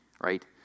right